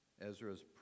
Ezra's